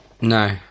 No